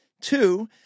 Two